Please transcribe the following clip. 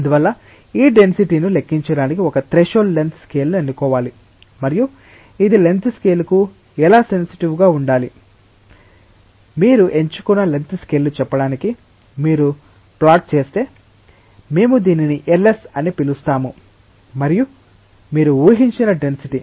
అందువల్ల ఈ డెన్సిటీను లెక్కించడానికి ఒక థ్రెషోల్డ్ లెంగ్త్ స్కేల్ను ఎన్నుకోవాలి మరియు ఇది లెంగ్త్ స్కేల్కు ఎలా సెన్సిటివ్ గా ఉండాలి మీరు ఎంచుకున్న లెంగ్త్ స్కేల్ను చెప్పడానికి మీరు ప్లాట్ చేస్తే మేము దీనిని Ls అని పిలుస్తాము మరియు మీరు ఉహించిన డెన్సిటీ